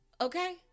okay